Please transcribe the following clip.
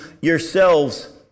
yourselves